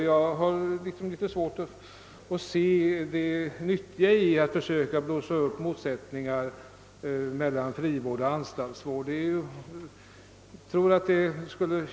Jag har svårt att se det nyttiga i att försöka blåsa upp motsättningar mellan frivård och anstaltsvård.